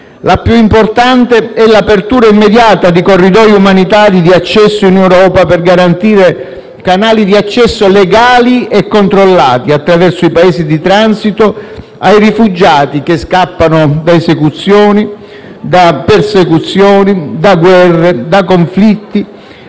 La più importante è l'apertura immediata di corridoi umanitari di accesso in Europa per garantire canali di accesso legali e controllati, attraverso i Paesi di transito, ai rifugiati che scappano da esecuzioni, da persecuzioni, da guerre e da conflitti,